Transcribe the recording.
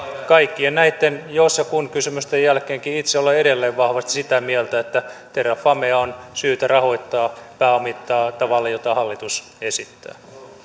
kaikkien näitten jos ja kun kysymysten jälkeenkin itse olen edelleen vahvasti sitä mieltä että terrafamea on syytä rahoittaa pääomittaa tavalla jota hallitus esittää myönnän